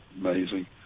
amazing